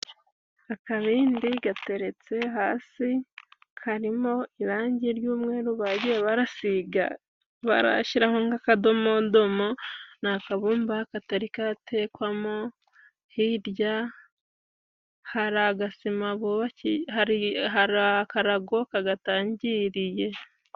Akabindi gateretse hasi karimo irangi ry'umweru, bagiye basiga bashyiraho nk'akadomodomo, ni akabumba katali katekwamo, hirya hari akarago kagatangiriye.